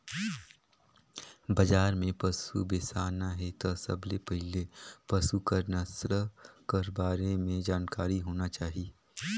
बजार में पसु बेसाना हे त सबले पहिले पसु कर नसल कर बारे में जानकारी होना चाही